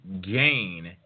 gain